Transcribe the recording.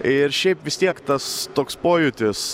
ir šiaip vis tiek tas toks pojūtis